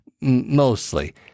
mostly